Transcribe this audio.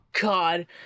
God